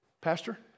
Pastor